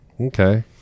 okay